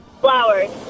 Flowers